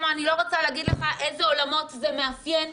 אני לא רוצה להגיד לך איזה עולמות זה מאפיין,